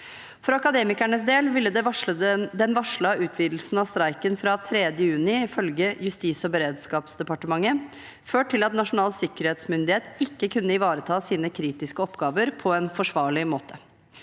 For Akademikernes del ville den varslede utvidelsen av streiken fra 3. juni ifølge Justis- og beredskapsdepartementet ført til at Nasjonal sikkerhetsmyndighet ikke kunne ivareta sine kritiske oppgaver på en forsvarlig måte.